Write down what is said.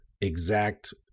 exact